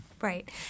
Right